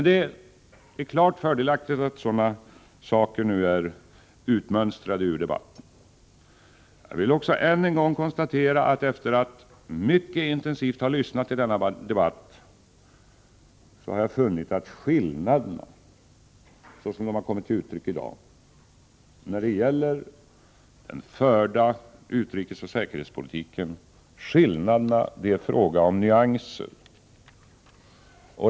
Det är klart fördelaktigt att sådana saker nu är utmönstrade ur debatten. Efter att mycket intensivt ha lyssnat till debatten i dag har jag funnit att skillnaden oss emellan, som den kommit till uttryck i dag, när det gäller den förda utrikesoch säkerhetspolitiken gäller nyanser.